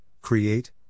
Create